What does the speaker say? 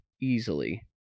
easily